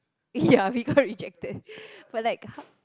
ya we got rejected but like how